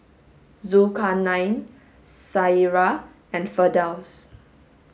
Zulkarnain Syirah and Firdaus